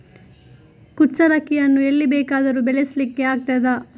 ಕುಚ್ಚಲಕ್ಕಿಯನ್ನು ಎಲ್ಲಿ ಬೇಕಾದರೂ ಬೆಳೆಸ್ಲಿಕ್ಕೆ ಆಗ್ತದ?